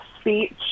speech